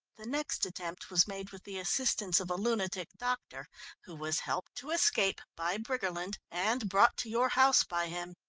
the next attempt was made with the assistance of a lunatic doctor who was helped to escape by briggerland, and brought to your house by him.